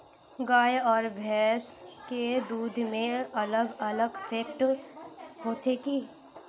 गाय आर भैंस के दूध में अलग अलग फेट होचे की?